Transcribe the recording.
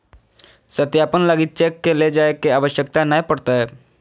सत्यापन लगी चेक के ले जाय के आवश्यकता नय पड़तय